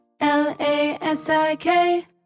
L-A-S-I-K